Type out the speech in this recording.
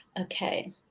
Okay